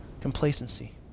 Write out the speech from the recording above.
complacency